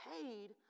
paid